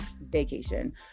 vacation